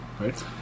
Right